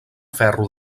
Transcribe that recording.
ferro